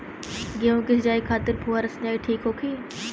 गेहूँ के सिंचाई खातिर फुहारा सिंचाई ठीक होखि?